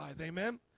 Amen